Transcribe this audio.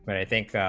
but i think